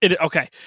Okay